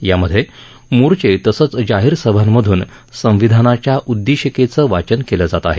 यामध्ये मोर्चे तसंच जाहीर सभांमधून संविधानाच्या उददेशिकेचं वाचन केलं जात आहे